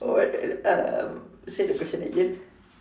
what uh say the question again